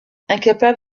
incapable